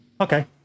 Okay